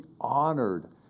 honored